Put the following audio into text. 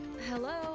Hello